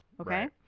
Okay